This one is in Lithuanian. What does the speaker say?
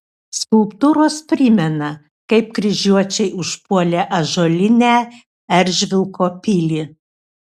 skulptūros primena kaip kryžiuočiai užpuolė ąžuolinę eržvilko pilį